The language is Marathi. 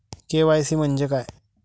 के.वाय.सी म्हंजे काय?